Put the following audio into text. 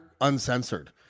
uncensored